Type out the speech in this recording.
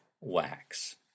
wax